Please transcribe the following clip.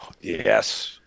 Yes